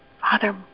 Father